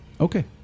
okay